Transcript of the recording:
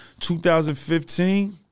2015